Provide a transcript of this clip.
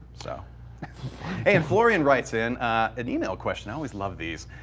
so and florian writes in an email question always love these.